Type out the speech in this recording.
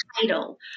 title